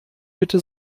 bitte